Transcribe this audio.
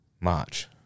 March